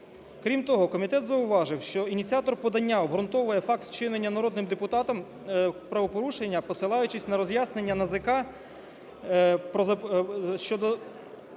Крім того, комітет зауважив, що ініціатор подання обґрунтовує факт вчинення народним депутатом правопорушення, посилаючись на роз'яснення НАЗК щодо